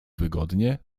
wygodnie